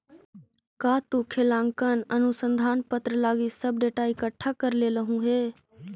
का तु लेखांकन अनुसंधान पत्र लागी सब डेटा इकठ्ठा कर लेलहुं हे?